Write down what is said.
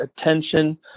attention